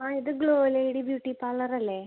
ആ ഇത് glow lady beauty പാർലറല്ലേ